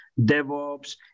DevOps